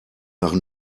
nach